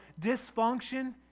dysfunction